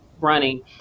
running